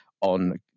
on